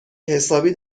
حسابی